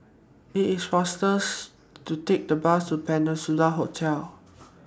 IT IS faster to Take The Bus to Peninsula Hotel